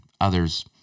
others